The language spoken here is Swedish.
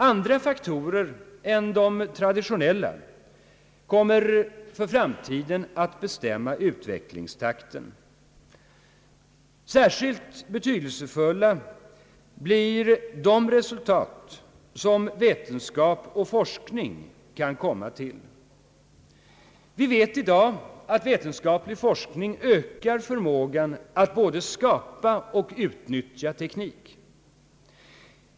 Andra faktorer än de traditionella kommer för framtiden att bestämma utvecklingstakten. Särskilt betydelsefulla blir de resultat som vetenskap och forskning kan komma till. Vi vet i dag att vetenskaplig forskning ökar förmågan att både skapa och utnyttja teknik.